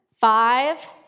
Five